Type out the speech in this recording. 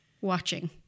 Watching